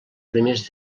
primers